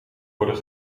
worden